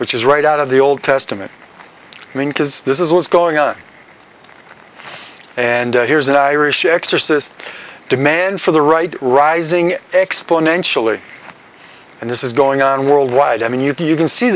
which is right out of the old testament i mean because this is what's going on and here's an irish exorcist demand for the right rising exponentially and this is going on worldwide i mean you can see